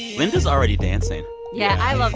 linda's already dancing yeah. i love